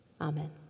Amen